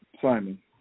Simon